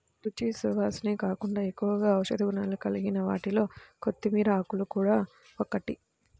రుచి, సువాసనే కాకుండా ఎక్కువగా ఔషధ గుణాలు కలిగిన వాటిలో కొత్తిమీర ఆకులు గూడా ఒకటి